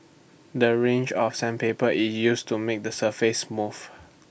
the range of sandpaper is used to make the surface smooth